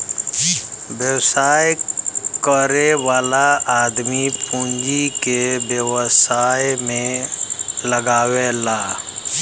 व्यवसाय करे वाला आदमी पूँजी के व्यवसाय में लगावला